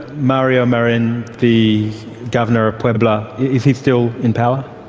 mario marin, the governor of puebla, is he still in power?